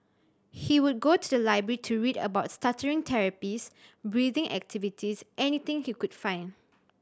he would go to the library to read about stuttering therapies breathing activities anything he could find